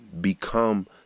become